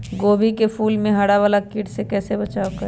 गोभी के फूल मे हरा वाला कीट से कैसे बचाब करें?